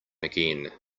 again